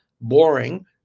boring